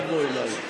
תבוא אליי.